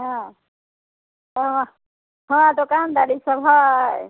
हँ वहाँ दोकान दौरी सभ है